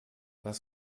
was